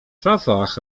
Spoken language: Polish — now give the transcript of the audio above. szafach